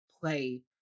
play